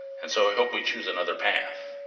and so i hope we choose another path,